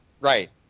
Right